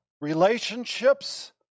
relationships